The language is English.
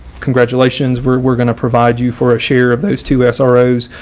congratulations, we're going to provide you for a share of those two sorrows.